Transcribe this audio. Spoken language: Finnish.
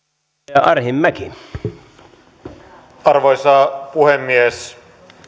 arvoisa puhemies